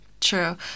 True